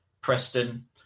Preston